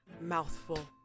mouthful